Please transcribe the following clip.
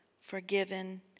forgiven